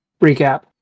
recap